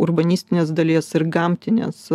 urbanistinės dalies ir gamtinės